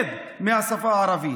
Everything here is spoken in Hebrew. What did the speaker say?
מפחד מהשפה הערבית.